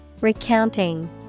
Recounting